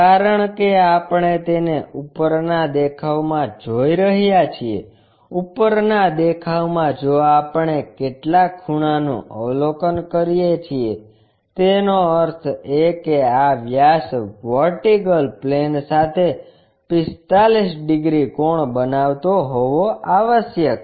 કારણ કે આપણે તેને ઉપરના દેખાવમાં જોઈ રહ્યા છીએ ઉપરના દેખાવમાં જો આપણે કેટલાક ખૂણાનું અવલોકન કરીએ છીએ તેનો અર્થ એ કે આ વ્યાસ વર્ટિકલ પ્લેન સાથે 45 ડિગ્રી કોણ બનાવતો હોવો આવશ્યક છે